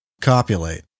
copulate